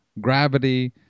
gravity